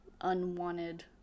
unwanted